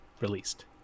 released